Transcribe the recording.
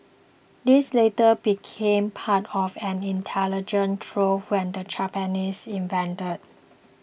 these later became part of an intelligence trove when the Japanese invaded